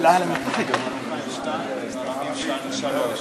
אדוני השר,